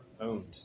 owned